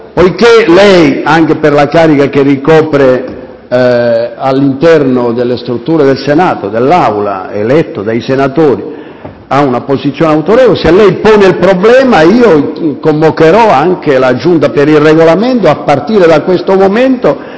poiché lei, anche per la carica che ricopre all'interno del Senato, eletto dai senatori, ha una posizione autorevole, se pone il problema io convocherò la Giunta per il Regolamento, anche a partire da questo momento,